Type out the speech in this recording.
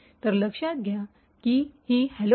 तर लक्षात घ्या की ही हॅलो